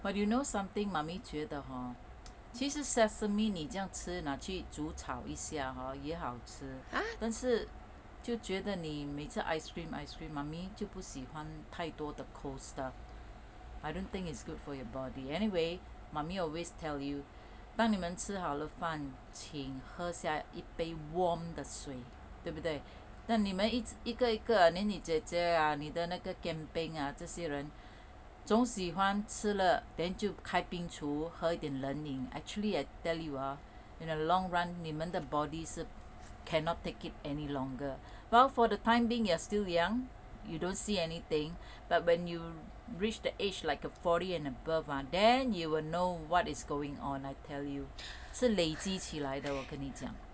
but do you know something mummy 觉得 hor 其实 sesame 你这样吃拿去煮炒一下 hor 也好吃但是就觉得你每次 ice cream ice cream mummy 就不喜欢太多的 cold stuff I don't think it's good for your body anyway mummy always tell you 当你们吃好了饭请喝下一杯 warm 的水对不对那你们一个一个 then 你姐姐啊你的那个 ah 这些人总喜欢吃了 then 就开冰橱喝一点冷饮 actually I tell you ah in the long run 你们的 body 是 cannot take it any longer while for the time being you are still young you don't see anything but when you reach the age like a forty and above ah then you will know what is going on I tell you 是累积起来的我跟你讲